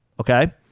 Okay